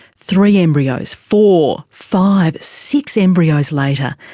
three embryos, four, five, six embryos later,